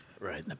Right